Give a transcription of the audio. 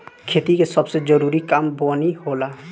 खेती के सबसे जरूरी काम बोअनी होला